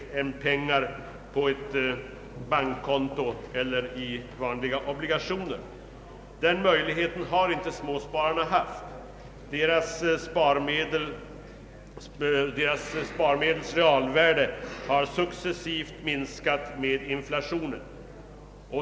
Den möjligheten har inte småspararna. Deras sparmedels realvärde har successivt minskat i takt med inflationen.